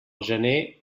gener